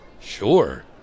Sure